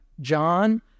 John